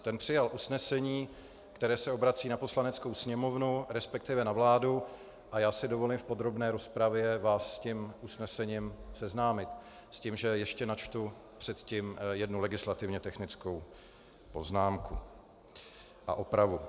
Ten přijal usnesení, které se obrací na Poslaneckou sněmovnu, respektive na vládu, a já si dovolím v podrobné rozpravě vás s usnesením seznámit s tím, že ještě předtím načtu jednu legislativně technickou poznámku a opravu.